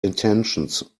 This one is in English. intentions